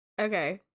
okay